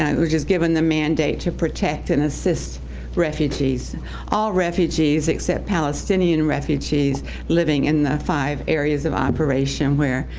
and which is given the mandate to protect and assist refugees all refugees except palestinian refugees living in the five areas of operation where,